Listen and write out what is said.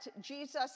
Jesus